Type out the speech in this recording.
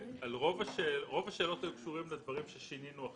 אני חושב שרוב השאלות היו קשורות לדברים ששינינו עכשיו.